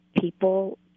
people